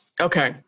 Okay